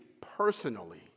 personally